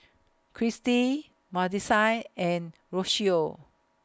Christie Madisyn and Rocio